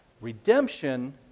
Redemption